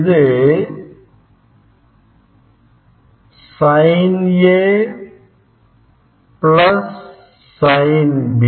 இது Sin A plus SinB